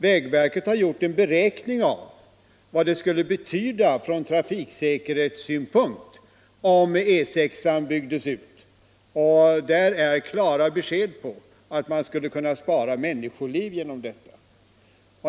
Vägverket har gjort en beräkning av vad det skulle betyda från trafiksäkerhetssynpunkt om E 6 byggdes ut, och där ges klara besked om att man skulle kunna spara människoliv genom detta.